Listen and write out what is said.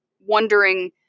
wondering